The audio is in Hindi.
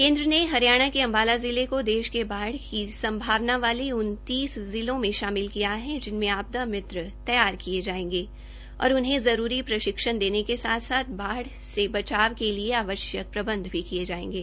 केन्द्र ने हरियाणा के अम्बाला जिले को देश के बाढ़ की संभावना वाले उन तीस जिलों में शामिल किया है जिनमें आपदा मित्र तैयार किये जायेंगे और उन्हें जरूरी परिक्षण देने के साथ साथ बाढ़ से बचाव के लिए आवश्यक प्रबंध भी किये जायेंगे